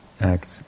act